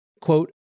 Quote